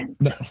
No